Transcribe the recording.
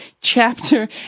chapter